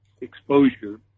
exposure